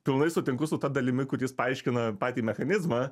pilnai sutinku su ta dalimi kur jis paaiškina patį mechanizmą